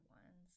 ones